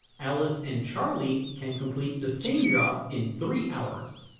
alice and charlie can complete the same job in three hours.